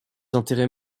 intérêts